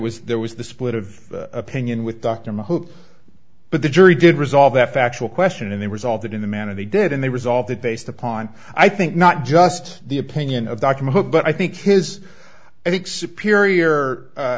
was there was the split of opinion with dr my hope but the jury did resolve that factual question and they resolved it in the manner they did and they resolved it based upon i think not just the opinion of dr mode but i think his i think superior